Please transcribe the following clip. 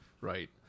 Right